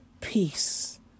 peace